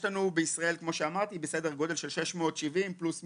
יש לנו בישראל סדר גודל של 670 מסגרות גדולות פלוס מינוס.